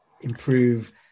improve